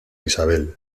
isabel